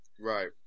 Right